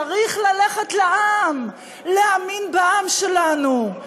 צריך ללכת לעם, להאמין לעם שלנו.